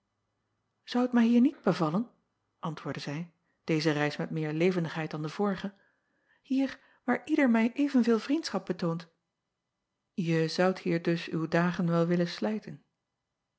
ou het mij hier niet bevallen antwoordde zij deze reis met meer levendigheid dan de vorige hier waar ieder mij evenveel vriendschap betoont e zoudt hier dus uw dagen wel willen slijten